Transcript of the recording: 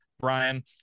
Brian